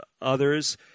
others